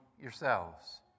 yourselves